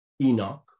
Enoch